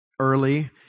early